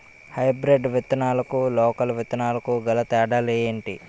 Hybrid విత్తనాలకు local విత్తనాలకు గల తేడాలు ఏంటి?